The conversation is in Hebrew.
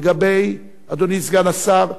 אדוני סגן השר,